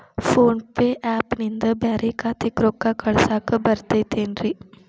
Phone pay app ನಿಂದ ಬ್ಯಾರೆ ಖಾತೆಕ್ ರೊಕ್ಕಾ ಕಳಸಾಕ್ ಬರತೈತೇನ್ರೇ?